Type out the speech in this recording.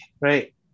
right